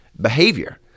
behavior